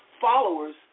followers